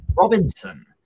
Robinson